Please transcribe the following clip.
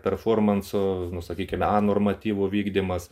performanso nu sakykim a normatyvų vykdymas